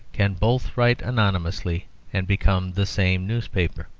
can both write anonymously and become the same newspaper.